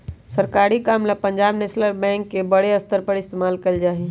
सरकारी काम ला पंजाब नैशनल बैंक के बडे स्तर पर इस्तेमाल कइल जा हई